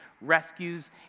rescues